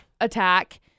attack